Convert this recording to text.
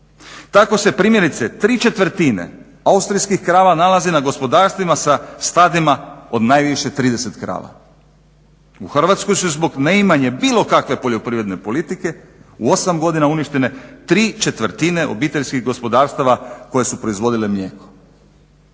Tako se primjerice 3/4 austrijskih krava nalazi na gospodarstvima sa stadima od najviše 30 krava. U Hrvatskoj su zbog neimanja bilo kakve poljoprivredne politike u osam godina uništene 3/4 obiteljskih gospodarstava koje su proizvodile mlijeko.